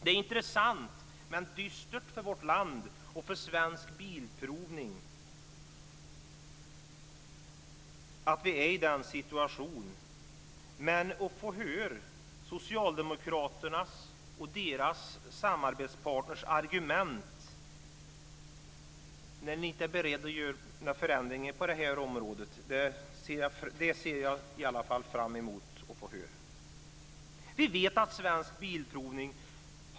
Det är intressant men dystert för vårt land och för Svensk Bilprovning att vi är i den situationen. Men att få höra socialdemokraternas och deras samarbetspartners argument när de inte är beredda att göra några förändringar på det här området, ser jag i alla fall fram emot.